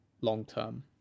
long-term